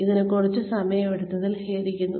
അതിന് കുറച്ച് സമയം എടുത്തതിൽ ഖേദിക്കുന്നു